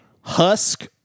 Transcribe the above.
husk